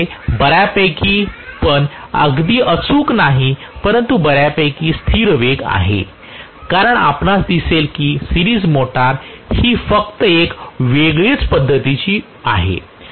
त्यांच्याकडे बऱ्यापैकी पण अगदी अचूक नाही परंतु बऱ्यापैकी स्थिर वेग आहे कारण आपणास दिसेल की सिरीज मोटर ही फक्त एक वेगळीच पद्धतीची आहे